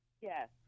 Yes